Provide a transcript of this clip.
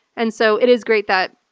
and so it is great that